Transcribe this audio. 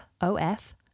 O-F